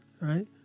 right